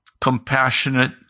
compassionate